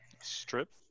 Strip